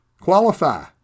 Qualify